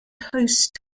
host